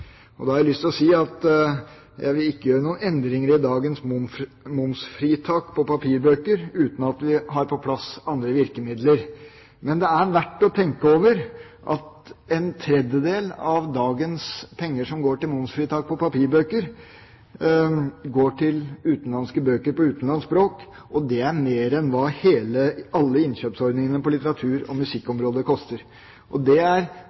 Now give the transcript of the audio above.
og da har jeg lyst til å si at jeg ikke vil gjøre noen endringer i dagens momsfritak på papirbøker, uten at vi har på plass andre virkemidler. Men det er verdt å tenke over at en tredjedel av dagens penger som går til momsfritak på papirbøker, går til utenlandske bøker på utenlandsk språk, og det er mer enn hva alle innkjøpsordningene på litteratur- og musikkområdet koster. Det er